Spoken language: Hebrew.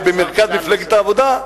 במרכז מפלגת העבודה?